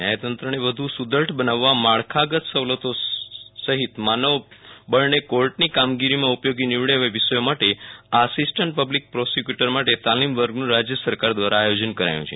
ન્યાયતંત્રને વધુ સુદ્રઢ બનાવવા માળખાગત સવલતો સહિત માનવબળને કોર્ટની કામગીરીમાં ઉપયોગી નિવડે એવા વિષયો માટે આસીસ્ટન્ટ પબલિક પ્રોસીક્યૂટર માટે તાલીમ વર્ગનું રાજ્ય સરકાર દ્વારા આયોજન કરાયું છે